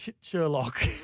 Sherlock